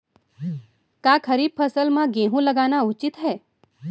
का खरीफ फसल म गेहूँ लगाना उचित है?